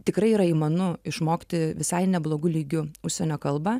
tikrai yra įmanu išmokti visai neblogu lygiu užsienio kalbą